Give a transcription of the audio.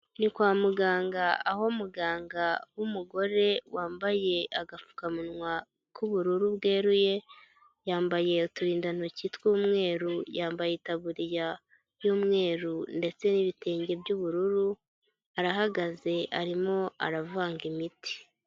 Ni kwa muganga aho muganga w'umugore wambaye agapfukamunwa k'ubururu bweruye, yambaye uturindantoki tw'umweru yambaye itaburiya, y'umweru ndetse n'ibitenge by'ubururu, arahagaze arimo aravanga imiti.